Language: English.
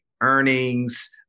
earnings